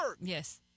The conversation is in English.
Yes